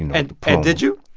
and and did you.